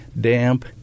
damp